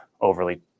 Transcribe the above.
overly